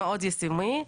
מאוד יישומי,